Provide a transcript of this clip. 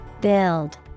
Build